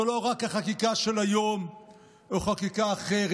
זה לא רק החקיקה של היום או חקיקה אחרת,